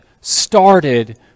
started